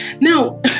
Now